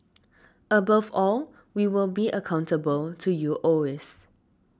above all we will be accountable to you always